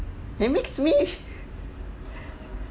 it makes me